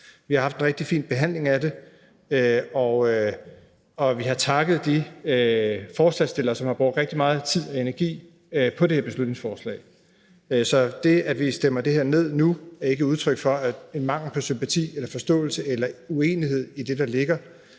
Vi har haft en rigtig fin behandling af det, og vi har takket de forslagsstillere, som har brugt rigtig meget tid og energi på det her beslutningsforslag. Så det, at vi nu stemmer det her ned, er ikke udtryk for en mangel på sympati eller forståelse eller uenighed om det, der ligger.